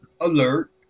alert